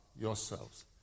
yourselves